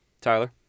Tyler